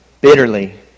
Bitterly